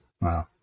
wow